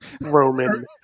Roman